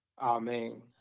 Amen